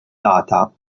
data